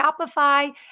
Shopify